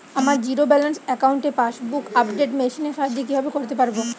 আমার zero balance অ্যাকাউন্টে passbook update machine এর সাহায্যে কীভাবে করতে পারব?